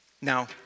now